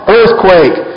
earthquake